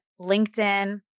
LinkedIn